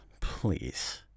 Please